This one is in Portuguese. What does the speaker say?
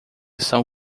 são